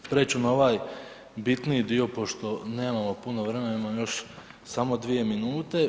Preć ću na ovaj bitniji dio pošto nemamo puno vremena, imam još samo 2 minute.